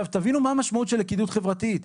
תבינו מה המשמעות של לכידות חברתית.